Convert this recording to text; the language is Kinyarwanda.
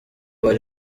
bari